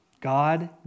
God